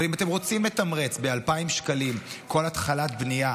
אבל אם אתם רוצים לתמרץ ב-2,000 שקלים כל התחלת בנייה